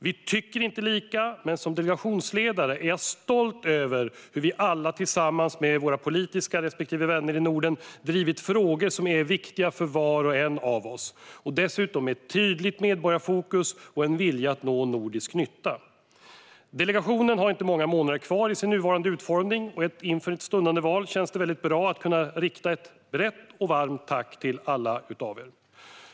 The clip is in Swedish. Vi tycker inte lika men som delegationsledare är jag stolt över hur vi alla tillsammans med våra politiska vänner i Norden drivit frågor som är viktiga för var en av oss och dessutom med tydligt medborgarfokus och en vilja att nå nordisk nytta. Delegationen har inte många månader kvar i sin nuvarande utformning och inför ett stundade val känns det väldigt bra att rikta ett brett och varmt tack till alla av er.